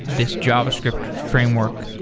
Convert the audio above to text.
this javascript framework